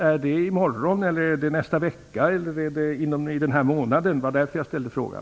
Är det i morgon, nästa vecka, i den här månaden?